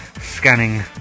scanning